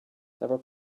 several